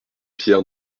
pierre